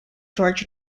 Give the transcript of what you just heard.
jorge